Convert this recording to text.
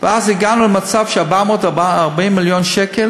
ואז הגענו למצב של 440 מיליון שקל